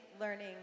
learning